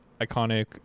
iconic